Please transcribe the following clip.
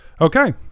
Okay